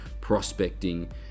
prospecting